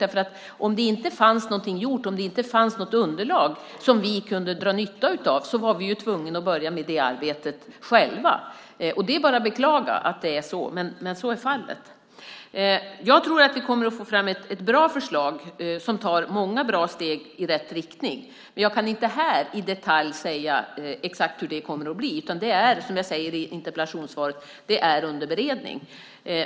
När det inte fanns någonting gjort och när det inte fanns något underlag som vi kunde dra nytta av var vi tvungna att börja med det arbetet själva. Det är bara att beklaga, men så är fallet. Jag tror att vi kommer att få fram ett bra förslag som gör att vi kan ta många bra steg i rätt riktning. Jag kan inte här i detalj säga hur det kommer att bli, utan frågan är, som jag säger i interpellationssvaret, under beredning.